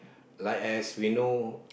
like as we know